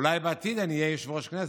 אולי בעתיד אני אהיה יושב-ראש הכנסת,